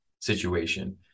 situation